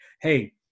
hey